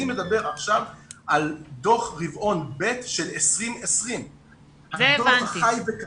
אני מדבר עכשיו על דוח רבעון ב' של 2020. את זה הבנתי.